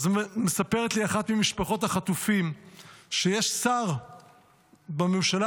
מספרת לי אחת ממשפחות החטופים שיש שר בממשלה